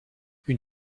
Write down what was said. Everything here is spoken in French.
une